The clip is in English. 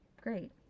great